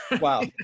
wow